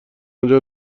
آنجا